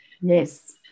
Yes